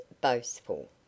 Boastful